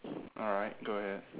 alright go ahead